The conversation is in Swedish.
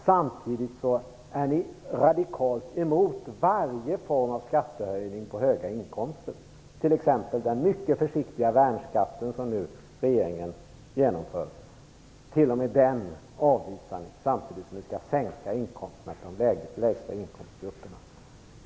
Samtidigt är ni radikalt emot varje form av skattehöjning på höga inkomster, t.ex. den mycket försiktiga värnskatt som regeringen nu genomför. T.o.m. den avvisar ni, samtidigt som ni vill sänka inkomsterna för grupper som har de lägsta inkomsterna.